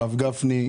הרב גפני,